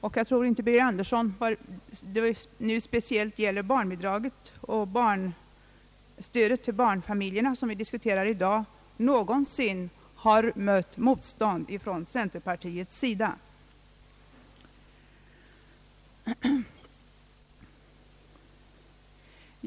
Jag tror inte att herr Birger Andersson när det speciellt gäller barnbidraget och stödet till barnfamiljerna, vilket vi i dag diskuterar, någonsin mött motstånd från centerns sida.